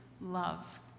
love